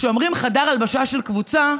כשאומרים "חדר הלבשה של קבוצה"